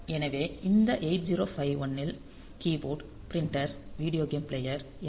எனவே இந்த 8051 keyboard printer video game player M